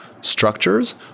structures